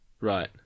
Right